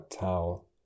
towel